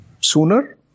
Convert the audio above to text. sooner